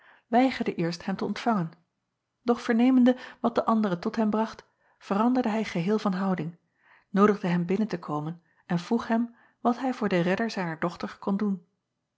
weigerde eerst hem te ontvangen doch vernemende wat den andere tot hem bracht veranderde hij geheel van houding noodigde hem binnen te komen en vroeg hem wat hij voor den redder zijner dochter kon doen